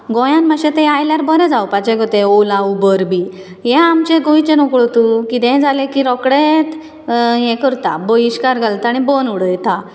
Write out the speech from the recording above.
गोंयांत मातशें तें आयल्यार बरें जावपाचें गो तें ओला उबर बी ह्यें आमचें गोंयचें नोकळो तूं कितेंय जालें की रोकडेंत ह्यें करता बळिश्कार घालता आनी बंद उडयता